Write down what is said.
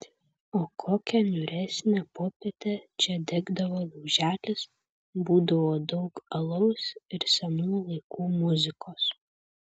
o kokią niūresnę popietę čia degdavo lauželis būdavo daug alaus ir senų laikų muzikos